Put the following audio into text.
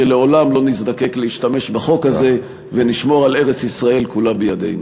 שלעולם לא נזדקק להשתמש בחוק הזה ונשמור על ארץ-ישראל כולה בידינו.